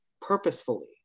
purposefully